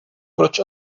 proč